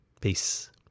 Peace